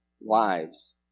lives